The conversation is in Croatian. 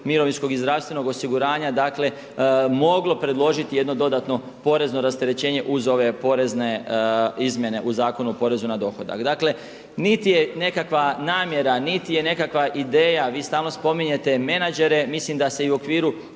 mirovinskog i zdravstvenog osiguranja dakle moglo predložiti jedno dodatno porezno rasterećenje uz ove porezne izmjene u Zakonu o porezu na dohodak. Dakle, niti je nekakva namjera, niti je nekakva ideja, vi stalno spominjete menadžere. Mislim da se i u okviru